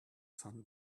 sun